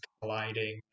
colliding